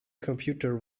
computer